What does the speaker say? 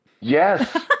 Yes